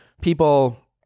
people